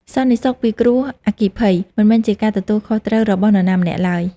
សន្តិសុខពីគ្រោះអគ្គីភ័យ មិនមែនជាការទទួលខុសត្រូវរបស់នរណាម្នាក់ឡើយ។